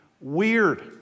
weird